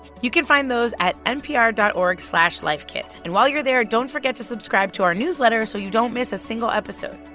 you can find those at npr dot org slash lifekit. and while you're there, don't forget to subscribe to our newsletter so you don't miss a single episode.